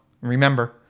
remember